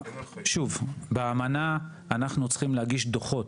שוב, באמנה אנחנו צריכים להגיש דוחות.